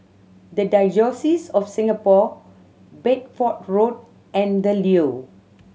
The Diocese of Singapore Bedford Road and The Leo